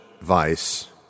vice